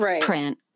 print